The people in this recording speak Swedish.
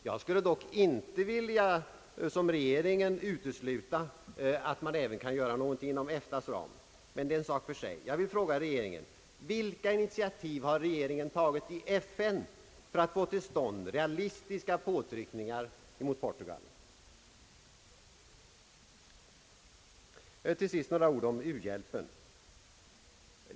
Jag skulle dock inte som regeringen vilja utesluta att man även kan göra någonting inom EFTA:s ram; men det är en sak för sig. Jag vill fråga regeringen: Vilka initiativ har regeringen tagit i FN för att få till stånd realistiska påtryckningar mot Portugal? Till sist några ord om u-hjälpen.